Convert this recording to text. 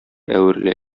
әверелә